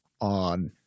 on